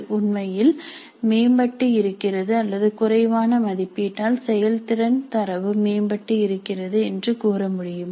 உண்மையில் மேம்பட்டு இருக்கிறது அல்லது குறைவான மதிப்பீட்டால் செயல்திறன் தரவுமேம்பட்டு இருக்கிறது என்று கூற முடியுமா